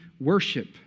worship